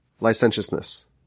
licentiousness